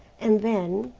and then,